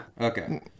Okay